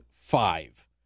five